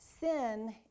Sin